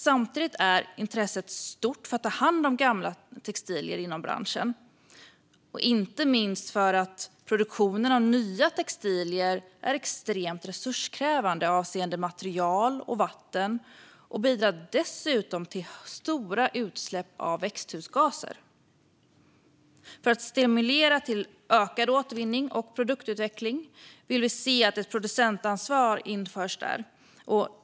Samtidigt är intresset stort för att ta hand om gamla textilier inom branschen, inte minst därför att produktionen av nya textilier är extremt resurskrävande avseende material och vatten och dessutom bidrar till stora utsläpp av växthusgaser. För att stimulera till ökad återvinning och produktutveckling vill vi se att ett producentansvar införs.